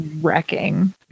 wrecking